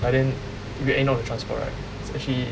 but then if you add in all the transport right is actually